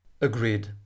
Agreed